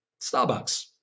Starbucks